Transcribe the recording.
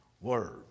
word